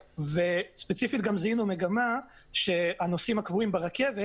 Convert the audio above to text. ספציפית גם זיהינו מגמה שהנוסעים הקבועים ברכבת